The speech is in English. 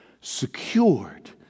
secured